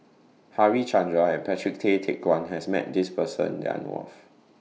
Harichandra and Patrick Tay Teck Guan has Met This Person that I know of